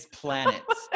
planets